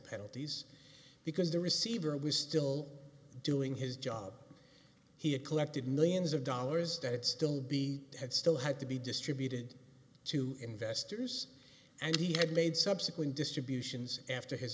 penalties because the receiver was still doing his job he had collected millions of dollars that still be had still had to be distributed to investors and he had made subsequent distributions after his